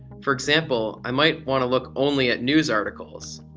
for example, i might want to look only at news articles.